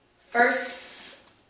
first